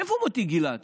איפה מוטי גילת?